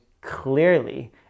clearly